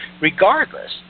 Regardless